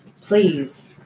Please